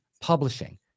publishing